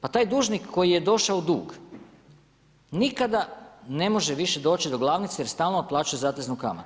Pa taj dužnik koji je došao u dug, nikada ne može više doći do glavnice, jer stalno otplaćuje zateznu kamatu.